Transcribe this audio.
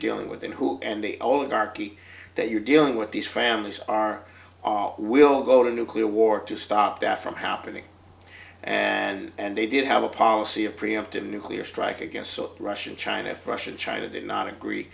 dealing with and who and the only darkie that you're dealing with these families are all will go to nuclear war to stop that from happening and they did have a policy of preemptive nuclear strike against so russia and china for russia and china did not agree